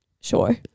Sure